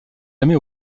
jamais